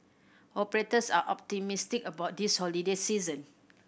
operators are optimistic about this holiday season